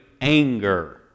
anger